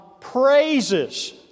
praises